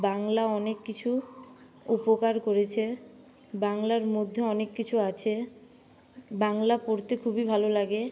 বাংলা অনেক কিছু উপকার করেছে বাংলার মধ্যে অনেক কিছু আছে বাংলা পড়তে খুবই ভালো লাগে